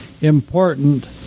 important